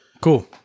Cool